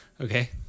Okay